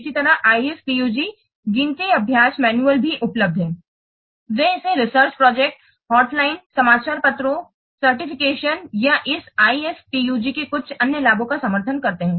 इसी तरह IFPUG गिनती अभ्यास मैनुअल भी उपलब्ध हैं वे इसे रिसर्च प्रोजेक्ट हॉटलाइन समाचार पत्रों प्रमाणीकरण या इस IFPUG के कुछ अन्य लाभों का समर्थन करते हैं